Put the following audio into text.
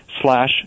slash